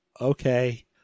Okay